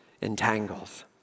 entangles